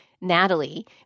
Natalie